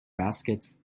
baskets